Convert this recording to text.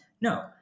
No